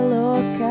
look